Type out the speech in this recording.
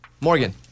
Morgan